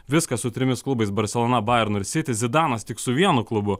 viskas su trimis klubais barselona bajernu ir city zidanas tik su vienu klubu